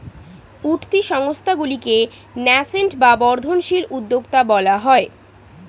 উঠতি সংস্থাগুলিকে ন্যাসেন্ট বা বর্ধনশীল উদ্যোক্তা বলা হয়